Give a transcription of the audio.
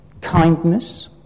kindness